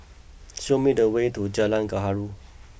show me the way to Jalan Gaharu